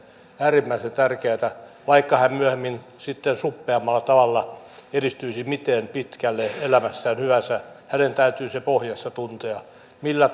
äärimmäisen tärkeätä vaikka hän myöhemmin sitten suppeammalla tavalla edistyisi elämässään miten pitkälle hyvänsä hänen täytyy se pohjansa tuntea millä